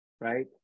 right